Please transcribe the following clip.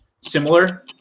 similar